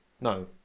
no